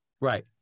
Right